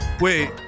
wait